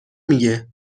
میگه